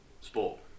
sport